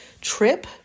trip